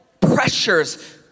pressures